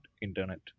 internet